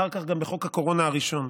ואחר כך גם בחוק הקורונה הראשון.